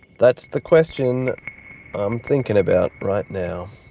that's the question i'm thinking about right now.